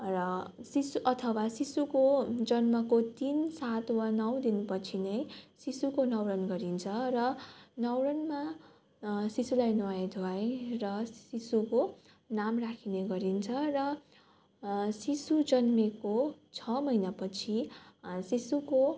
र शिशु अथवा शिशुको जन्मको तिन सात वा नौ दिनपछि नै शिशुको न्वारन गरिन्छ र न्वारनमा शिशुलाई नुहाइधुवाइ र शिशुको नाम राखिने गरिन्छ र शिशु जन्मिएको छ महिनापछि शिशुको